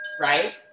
right